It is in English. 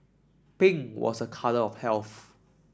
pink was a colour of health